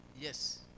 Yes